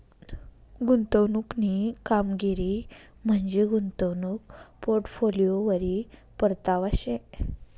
गुंतवणूकनी कामगिरी म्हंजी गुंतवणूक पोर्टफोलिओवरी परतावा शे